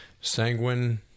sanguine